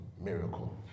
miracle